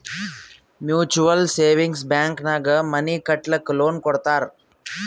mutual savings bank ನಾಗ್ money ಕಟ್ಟಲಕ್ಕ್ loan ಕೊಡ್ತಾರ್